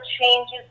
changes